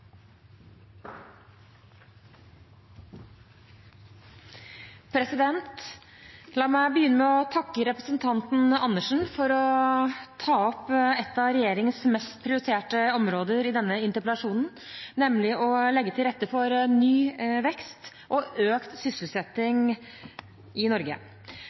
La meg begynne med å takke representanten Andersen for i denne interpellasjonen å ta opp et av regjeringens mest prioriterte områder, nemlig å legge til rette for ny vekst og økt sysselsetting i Norge.